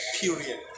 period